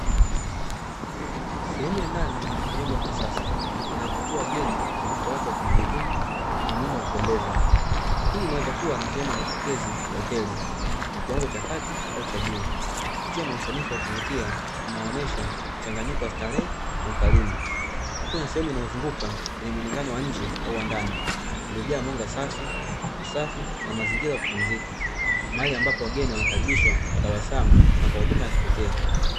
Sehemu ya ndani ya jengo la kisasa linalovutia wageni kwa mvuto wake wa kimajukumu na muundo wa kupendeza. Hii inaweza kuwa ni sehemu ya mapokezi ya hoteli ya kiwango cha kati au cha juu. Ikiwa na usanifu wa kuvutia unaoonesha mchanganyiko wa starehe na ukarimu. Ikiwa na sehemu inayozunguka yenye muonekano wa nje au wa ndani uliojaa mwanga safi, usafi na mazingira ya kupumzika, mahali ambapo wageni wanakaribishwa kwa tabasamu na kwa huduma ya kipekee.